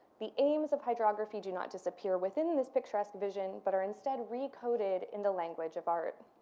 the aims of hydrography do not disappear within this picturesque vision but are instead recoded in the language of art.